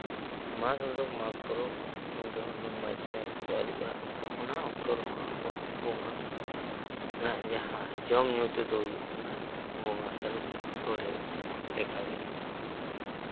ᱢᱟᱜᱽ ᱨᱮᱫᱚ ᱢᱟᱜᱽ ᱯᱚᱨᱚᱵᱽ ᱩᱱ ᱡᱚᱠᱷᱚᱱ ᱫᱚ ᱢᱟᱺᱡᱷᱤ ᱢᱟᱯᱟᱡᱤ ᱠᱚ ᱟᱹᱨᱩᱜᱼᱟ ᱟᱨ ᱚᱱᱟ ᱚᱠᱛᱚ ᱨᱮᱦᱚᱸ ᱟᱵᱚᱣᱟᱜ ᱵᱚᱸᱜᱟ ᱨᱮᱱᱟᱜ ᱡᱟᱦᱟᱸ ᱡᱚᱢᱼᱧᱩ ᱛᱮᱫ ᱫᱚ ᱦᱩᱭᱩᱜ ᱠᱟᱱᱟ ᱵᱚᱸᱜᱟ ᱥᱟᱨᱮᱡ ᱥᱚᱲᱮ ᱞᱮᱠᱟᱜᱮ